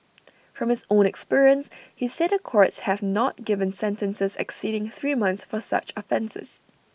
from his own experience he said the courts have not given sentences exceeding three months for such offences